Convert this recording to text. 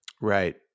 Right